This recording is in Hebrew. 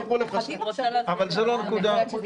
אתי,